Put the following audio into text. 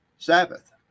sabbath